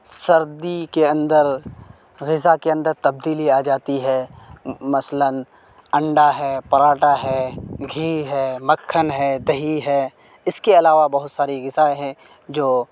سردی کے اندر غذا کے اندر تبدیلی آ جاتی ہے مثلاً انڈا ہے پراٹھا ہے گھی ہے مکھن ہے دہی ہے اس کے علاوہ بہت ساری غذا ہے جو